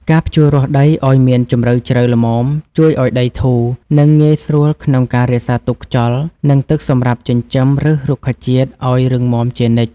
ការភ្ជួររាស់ដីឱ្យមានជម្រៅជ្រៅល្មមជួយឱ្យដីធូរ និងងាយស្រួលក្នុងការរក្សាទុកខ្យល់ និងទឹកសម្រាប់ចិញ្ចឹមឫសរុក្ខជាតិឱ្យរឹងមាំជានិច្ច។